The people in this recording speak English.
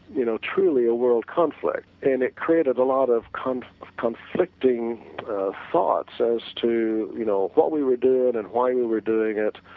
you know truly a world conflict, and it created a lot of conflicting thoughts as to you know what we were doing and why and we were doing it,